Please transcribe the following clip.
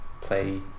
play